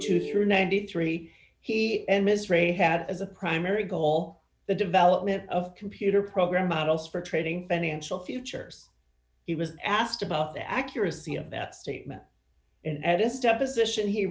two through ninety three he and ms ray had as a primary goal the development of computer program models for trading financial futures he was asked about the accuracy of that statement and this deposition he